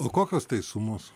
o kokios tai sumos